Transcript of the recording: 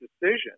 decision